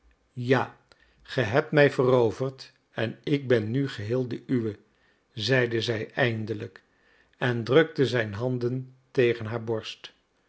ja ge hebt mij veroverd en ik ben nu geheel de uwe zeide zij eindelijk en drukte zijn handen tegen haar borst